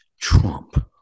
Trump